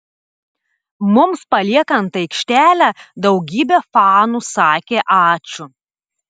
mums paliekant aikštelę daugybė fanų sakė ačiū